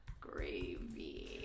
Gravy